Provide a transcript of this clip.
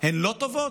הן לא טובות?